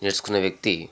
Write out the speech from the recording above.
నేర్చుకున్న వ్యక్తి